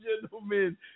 gentlemen